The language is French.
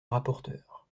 rapporteur